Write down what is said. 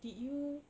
did you